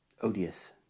odious